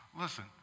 Listen